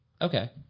Okay